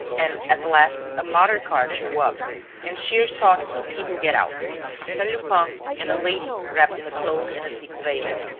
and, at last, a motor-cab drew up and shears saw two people get out arsene lupin and a lady wrapped in a cloak and a thick veil.